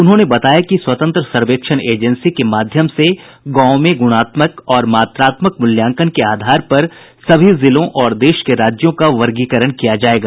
उन्होंने बताया कि स्वतंत्र सर्वेक्षण एजेंसी के माध्यम से गांवों में गुणात्मक और मात्रात्मक मुल्यांकन के आधार पर सभी जिलों और देश के राज्यों का वर्गीकरण किया जाएगा